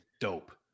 dope